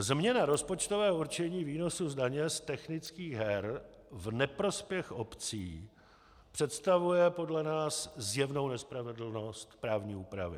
Změna rozpočtového určení výnosu z daně z technických her v neprospěch obcí představuje podle nás zjevnou nespravedlnost právní úpravy.